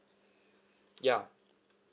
ya